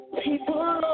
people